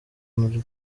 muri